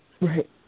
Right